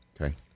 Okay